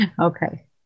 okay